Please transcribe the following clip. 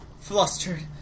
flustered